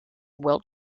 wilt